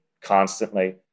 constantly